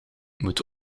moet